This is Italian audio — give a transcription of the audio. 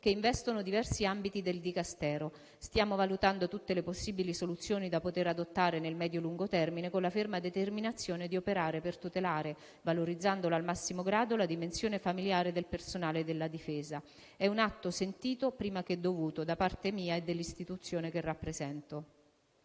che investono diversi ambiti del Dicastero. Stiamo valutando tutte le possibili soluzioni da poter adottare nel medio-lungo termine, con la ferma determinazione di operare per tutelare, valorizzandola al massimo grado, la dimensione familiare del personale della Difesa. È un atto sentito, prima che dovuto, da parte mia e dell'istituzione che rappresento.